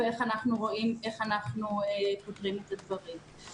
ואיך אנחנו פותרים את הדברים.